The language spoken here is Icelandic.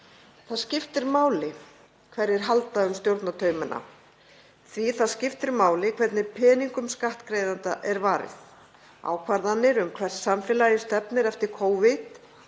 Það skiptir máli hverjir halda um stjórnartaumana því að það skiptir máli hvernig peningum skattgreiðenda er varið. Ákvarðanir um hvert samfélagið stefnir eftir Covid,